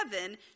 heaven